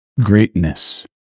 greatness